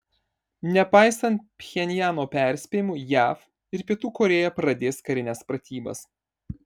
nepaisant pchenjano perspėjimų jav ir pietų korėja pradės karines pratybas